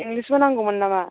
इंलिसबो नांगौमोन नामा